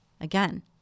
Again